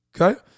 Okay